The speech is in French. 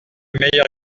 meilleur